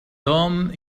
توم